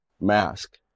mask